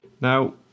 Now